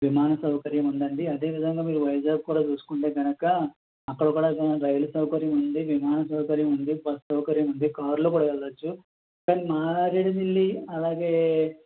విమానం సౌకర్యం ఉందండి అదే విధంగా మీరు వైజాగ్ కూడా చూసుకుంటే గనక అక్కడ కూడా రైలు సౌకర్యం ఉంది విమాన సౌకర్యం ఉంది బస్ సౌకర్యం ఉంది కార్లో కూడా వెళ్లవచ్చు కాని మారేడుమిల్లి అలాగే